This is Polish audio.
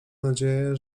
nadzieję